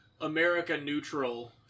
America-neutral